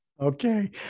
Okay